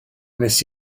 wnes